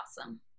Awesome